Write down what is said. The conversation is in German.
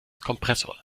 kompressor